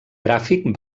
gràfic